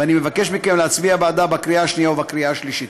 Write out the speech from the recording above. ואני מבקש מכם להצביע בעדה בקריאה שנייה ובקריאה שלישית.